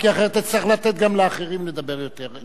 אחרת אני אצטרך לתת גם לאחרים לדבר יותר.